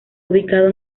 ubicado